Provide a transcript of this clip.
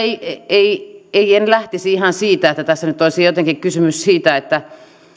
ei ei en lähtisi ihan siitä että tässä nyt olisi jotenkin kysymys